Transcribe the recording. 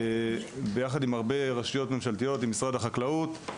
עם הרבה רשויות ממשלתיות ועם משרד החקלאות.